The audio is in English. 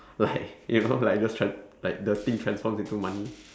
like you know like those tran~ like the thing transform into money